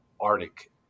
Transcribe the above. Arctic